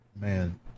man